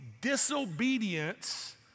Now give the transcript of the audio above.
disobedience